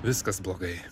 viskas blogai